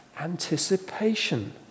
anticipation